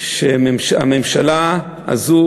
שהממשלה הזאת